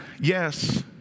Yes